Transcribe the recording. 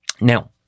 Now